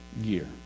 year